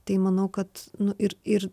tai manau kad nu ir ir